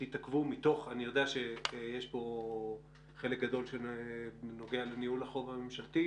אני יודע שיש פה חלק גדול שנוגע לניהול החוב הממשלתי,